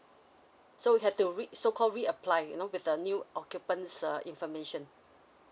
so he has to re~ so called reapply you know with the new occupants err information